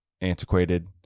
antiquated